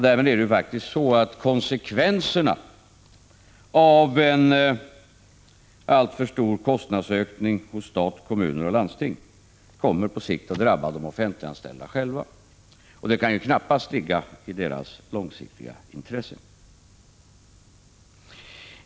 Därmed blir det faktiskt så att konsekvenserna av en alltför stor kostnadsökning hos stat, kommuner och landsting på sikt kommer att drabba de offentliganställda själva, och det kan ju knappast ligga i deras långsiktiga intresse.